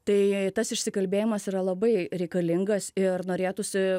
tai tas išsikalbėjimas yra labai reikalingas ir norėtųsi